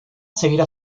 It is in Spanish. seguirá